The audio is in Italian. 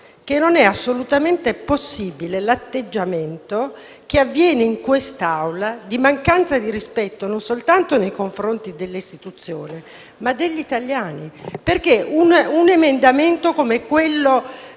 non è assolutamente possibile l'atteggiamento che avviene in questa Assemblea di mancanza di rispetto non soltanto nei confronti delle istituzioni ma degli italiani. Un emendamento come quello